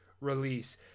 release